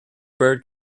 bird